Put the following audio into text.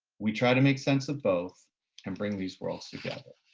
we try to make sense of both and bring these worlds together.